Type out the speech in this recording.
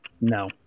No